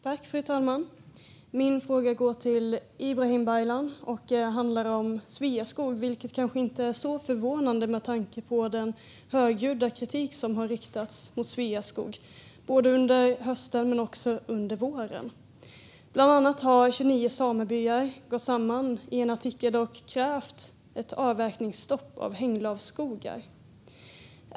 Fru talman! Min fråga går till Ibrahim Baylan. Den handlar om Sveaskog, vilket kanske inte är så förvånande med tanke på den högljudda kritik som har riktats mot Sveaskog under både hösten och våren. Bland annat har 29 samebyar gått samman i en artikel och krävt ett avverkningsstopp för hänglavsskogar.